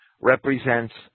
represents